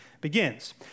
begins